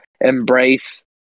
embrace –